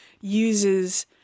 uses